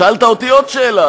שאלת אותי עוד שאלה.